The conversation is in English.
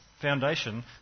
foundation